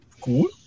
cool